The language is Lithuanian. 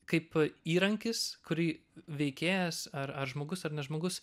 kaip įrankis kurį veikėjas ar ar žmogus ar ne žmogus